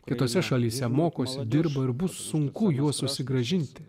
kitose šalyse mokosi dirbo ir bus sunku juos susigrąžinti